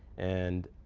and